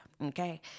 Okay